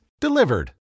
Delivered